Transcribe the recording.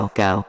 go